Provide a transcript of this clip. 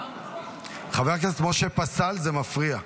חבר הכנסת משה פסל, זה מפריע.